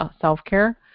self-care